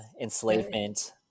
enslavement